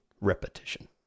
repetition